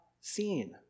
seen